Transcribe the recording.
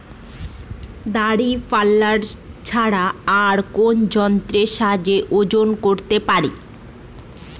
দাঁড়িপাল্লা ছাড়া আর কোন যন্ত্রের সাহায্যে ওজন করতে পারি?